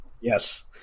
Yes